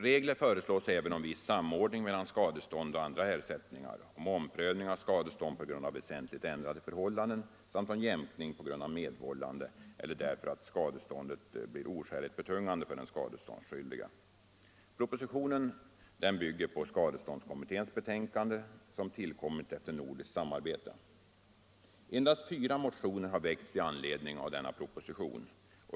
Regler föreslås även om viss samordning mellan skadestånd och andra ersättningar, om omprövning av skadestånd på grund av väsentligt ändrade förhållanden samt om jämkning på grund av medvållande eller därför att skadeståndet blir oskäligt betungande för den skadeståndsskyldige. Propositionen bygger på skadeståndskommitténs betänkande, som tillkommit efter nordiskt samarbete. Endast fyra motioner har väckts i anledning av propositionen.